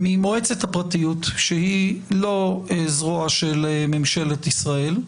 ממועצת הפרטיות, שהיא לא זרוע של ממשלת ישראל,